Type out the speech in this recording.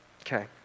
Okay